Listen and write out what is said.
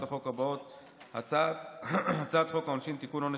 3. הצעת חוק עובדים זרים (תיקון,